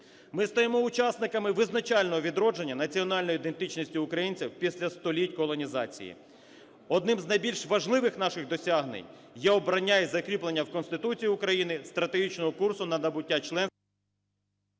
Ми стаємо учасниками визначального відродження національної ідентичності українців після століть колонізації. Одним з найбільш важливих наших досягнень є обрання і закріплення в Конституції України стратегічного курсу на набуття членства…